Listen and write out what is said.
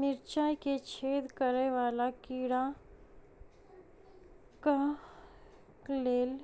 मिर्चाय मे छेद करै वला कीड़ा कऽ लेल